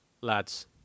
lads